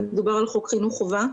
מדובר על חוק חינוך חובה.